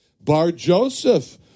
Bar-Joseph